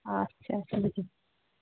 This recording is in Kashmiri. آچھا اَچھا بِہِو